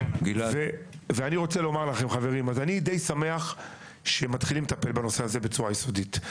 אני די שמח שמתחילים לטפל בנושא הזה בצורה יסודית.